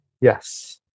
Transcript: Yes